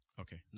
Okay